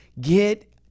get